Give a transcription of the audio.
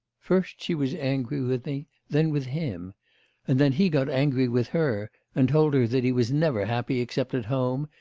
first she was angry with me, then with him and then he got angry with her, and told her that he was never happy except at home,